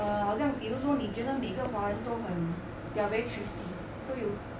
err 好像比如说你觉得每个华人都很 they are very thrifty so you